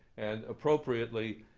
and appropriately,